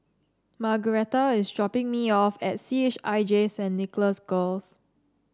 Margaretta is dropping me off at C H I J Saint Nicholas Girls